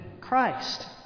Christ